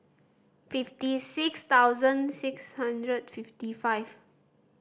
fifty six thousand six hundred fifty five